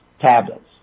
tablets